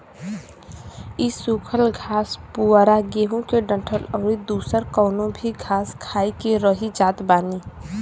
इ सुखल घास पुअरा गेंहू के डंठल अउरी दुसर कवनो भी घास खाई के रही जात बानी